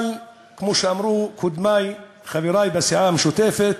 אבל, כמו שאמרו קודמי, חברי לסיעה המשותפת,